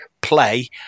play